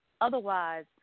Otherwise